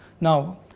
Now